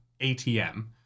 ATM